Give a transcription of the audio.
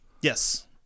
Yes